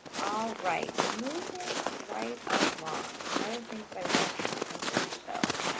all right, moving right along. other things that i wanted to potentially show